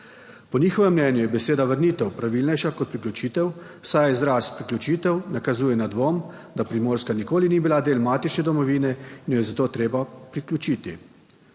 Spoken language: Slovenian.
Po njihovem mnenju je beseda vrnitev pravilnejša kot priključitev, saj je izraz priključitev nakazuje na dvom, da Primorska nikoli ni bila del matične domovine in jo je zato treba priključiti.